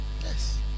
Yes